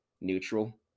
neutral